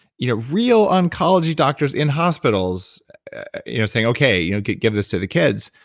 you know real oncology doctors in hospitals you know saying okay, you can give this to the kids,